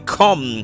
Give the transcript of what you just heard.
come